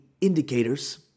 indicators